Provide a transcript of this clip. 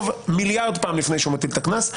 בלי סוף פעמים לפני שהוא מטיל את הקנס.